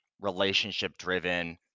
relationship-driven